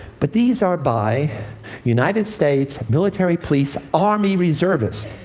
but these are by united states military police, army reservists.